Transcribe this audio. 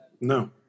No